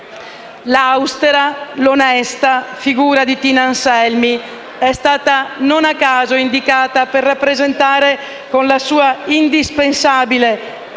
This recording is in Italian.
L'austera, l'onesta figura di Tina Anselmi non a caso è stata indicata per rappresentare, con la sua indispensabile